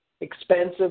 expensive